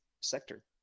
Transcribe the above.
sector